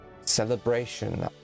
celebration